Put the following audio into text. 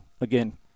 again